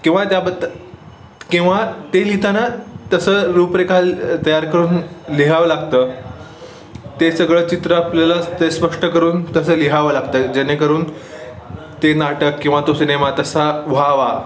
किंवा त्याबद्दल किंवा ते लिहिताना तसं रूपरेखा तयार करून लिहावं लागतं ते सगळं चित्र आपल्याला ते स्पष्ट करून तसं लिहावं लागतं जेणेकरून ते नाटक किंवा तो सिनेमा तसा व्हावा